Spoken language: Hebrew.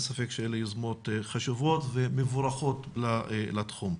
אין ספק שאלה יוזמות חשובות ומבורכות לתחום.